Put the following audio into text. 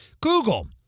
Google